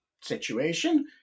situation